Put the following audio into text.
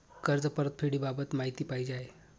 कर्ज परतफेडीबाबत माहिती पाहिजे आहे